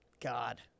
God